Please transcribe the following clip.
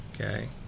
Okay